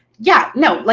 yeah. no, like